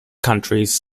countries